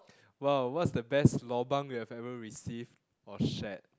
!wow! what's the best lobang you've ever received or shared